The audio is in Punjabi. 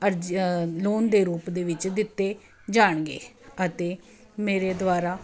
ਅਰਜੀ ਲੋਨ ਦੇ ਰੂਪ ਦੇ ਵਿੱਚ ਦਿੱਤੇ ਜਾਣਗੇ ਅਤੇ ਮੇਰੇ ਦੁਆਰਾ